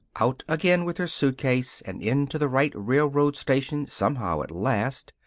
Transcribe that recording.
out again, with her suitcase, and into the right railroad station somehow, at last.